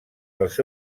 els